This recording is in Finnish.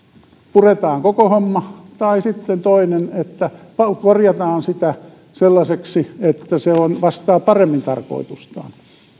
puretaan koko homma tai sitten toinen on että korjataan sitä sellaiseksi että se vastaa paremmin tarkoitustaan